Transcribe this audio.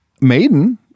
maiden